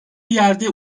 yerde